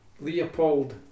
Leopold